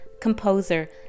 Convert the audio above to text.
composer